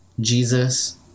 Jesus